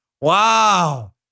Wow